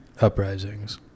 uprisings